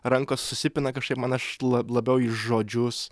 rankos susipina kažkaip man aš lab labiau į žodžius